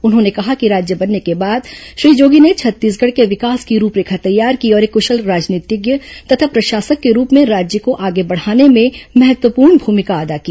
उन्होंने कहा कि राज्य बनने के बाद श्री जोगी ने छत्तीसगढ़ के विकास की रूपरेखा तैयार की और एक कृशल राजनीतिज्ञ तथा प्रशासक के रूप में राज्य को आगे बढ़ाने में महत्वपूर्ण भूमिका अदा की